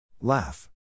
Laugh